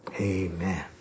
Amen